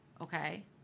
Okay